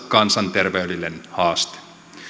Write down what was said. kansanterveydellinen haaste